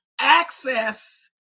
access